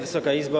Wysoka Izbo!